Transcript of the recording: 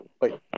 wait